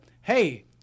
Hey